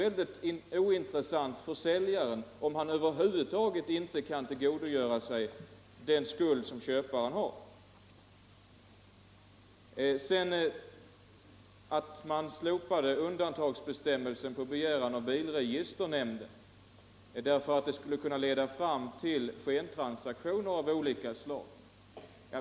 Men det är ju ointressant för säljaren, om han över huvud taget inte kan tillgodogöra sig betalning för den skuld köparen har till honom. Att man sedan på begäran av bilregisternämnden slopade undantagsbestämmelsen från nyttjandeförbud för fordon som återtagits på grund av bristande betalning därför att ett bibehållande av bestämmelsen skulle kunna leda fram till skentransaktioner av olika slag är en annan sak.